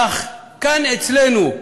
אך כאן אצלנו,